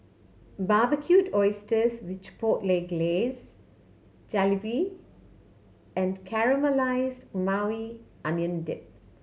Barbecued Oysters with Chipotle Glaze Jalebi and Caramelized Maui Onion Dip